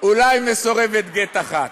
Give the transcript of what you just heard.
אולי מסורבת גט אחת.